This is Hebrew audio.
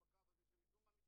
שאנחנו גם הוספנו לה עבודה,